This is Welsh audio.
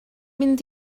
mynd